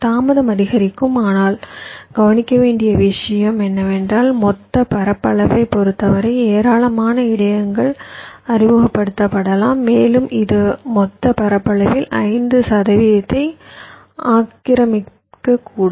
தாமதம் அதிகரிக்கும் ஆனால் கவனிக்க வேண்டிய விஷயம் என்னவென்றால் மொத்த பரப்பளவைப் பொறுத்தவரை ஏராளமான இடையகங்கள் அறிமுகப்படுத்தப்படலாம் மேலும் இது மொத்த பரப்பளவில் 5 சதவீதத்தை ஆக்கிரமிக்கக்கூடும்